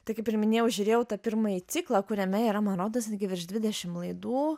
tai kaip ir minėjau žiūrėjau tą pirmąjį ciklą kuriame yra man rodos netgi virš dvidešim laidų